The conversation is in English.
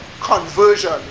Conversion